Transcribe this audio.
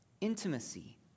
intimacy